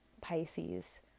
Pisces